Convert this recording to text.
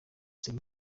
cyane